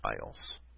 files